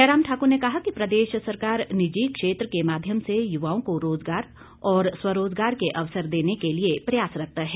जयराम ठाकुर ने कहा कि प्रदेश सरकार निजी क्षेत्र के माध्यम से युवाओं को रोजगार और स्वरोजगार के अवसर देने के लिए प्रयासरत्त है